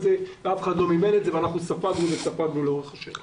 זה אבל אף אחד לא מימן את זה ואנחנו ספגנו וספגנו לאורך השנים.